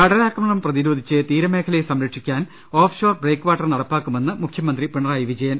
കടലാക്രമണം പ്രതിരോധിച്ച് തീരമേഖലയെ സംരക്ഷിക്കാൻ ഓഫ് ഷോർ ബ്രേക്ക് വാട്ടർ നടപ്പാക്കുമെന്ന് മുഖ്യമന്ത്രി പിണ റായി വിജയൻ